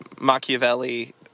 Machiavelli